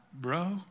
bro